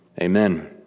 Amen